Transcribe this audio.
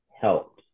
helped